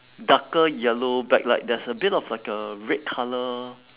darker yellow backlight there's a bit of like a red colour